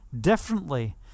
differently